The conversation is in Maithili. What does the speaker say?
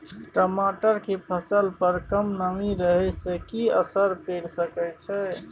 टमाटर के फसल पर कम नमी रहै से कि असर पैर सके छै?